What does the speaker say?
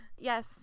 Yes